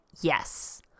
yes